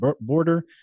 border